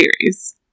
series